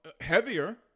heavier